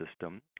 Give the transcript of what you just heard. system